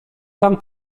sam